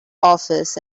office